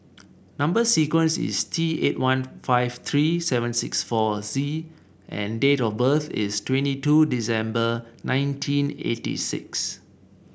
number sequence is T eight one five three seven six four Z and date of birth is twenty two December nineteen eighty six